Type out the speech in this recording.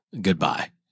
goodbye